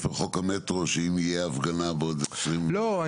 לחוק המטרו שאם תהיה הפגנה בעוד 20 --- לא,